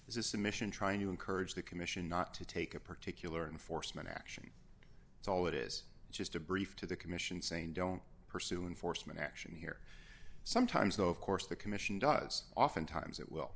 submission trying to encourage the commission not to take a particular enforcement action it's all it is just a brief to the commission saying don't pursue enforcement action here sometimes of course the commission does oftentimes it will